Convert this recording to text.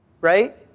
right